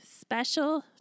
special